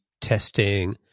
testing